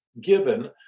given